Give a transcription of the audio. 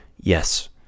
yes